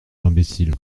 imbécile